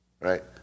right